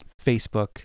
facebook